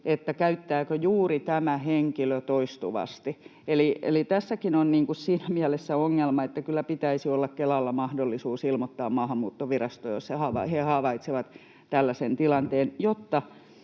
että käyttääkö juuri tämä henkilö toistuvasti. Eli tässäkin on siinä mielessä ongelma, että kyllä pitäisi olla Kelalla mahdollisuus ilmoittaa Maahanmuuttovirastolle, jos he havaitsevat tällaisen tilanteen, jotta